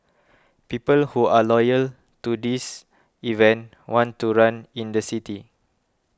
people who are loyal to this event want to run in the city